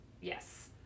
yes